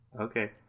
Okay